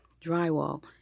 drywall